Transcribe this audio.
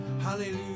Hallelujah